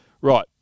right